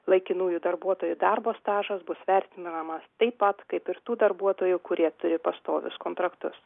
laikinųjų darbuotojų darbo stažas bus vertinamas taip pat kaip ir tų darbuotojų kurie turi pastovius kontraktus